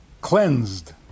cleansed